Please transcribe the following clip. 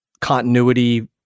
continuity